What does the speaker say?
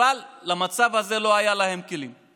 אבל למצב הזה לא היו להם כלים.